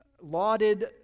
lauded